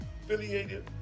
affiliated